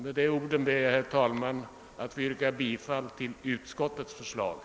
Med dessa ord ber jag, herr talman, att få yrka bifall till utskottets hemställan.